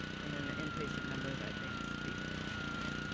and then the inpatient numbers, i think speak for themselves.